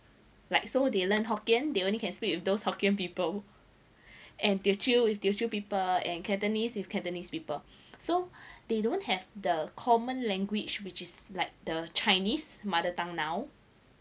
like so they learned hokkien they only can speak with those hokkien people and teochew with teochew people and cantonese with cantonese people so they don't have the common language which is like the chinese mother tongue now